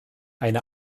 eine